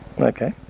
okay